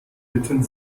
ritten